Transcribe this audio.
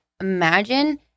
imagine